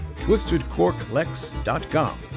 twistedcorklex.com